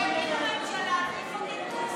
שיקימו ממשלה ויחוקקו.